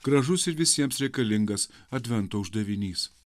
gražus ir visiems reikalingas advento uždavinys